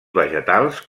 vegetals